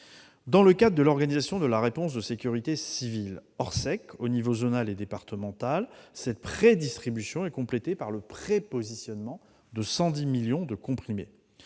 Dans le cadre de l'organisation de la réponse de sécurité civile (Orsec) aux échelons zonal et départemental, cette prédistribution est complétée par le prépositionnement de 110 millions de comprimés.